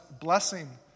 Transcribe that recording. blessing